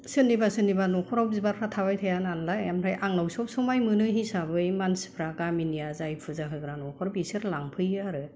सोरनिबा सोरनिबा न'खराव बिबारफ्रा थाबाय थाया नालाय ओमफ्राय आंनाव सब समाय मोनो हिसाबै मानसिफ्रा गामिनिया जाय फुजा होग्रा न'खर बिसोर लांफैयो आरो